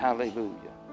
Hallelujah